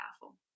powerful